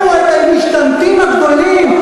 מצאנו את המשתמטים הגדולים,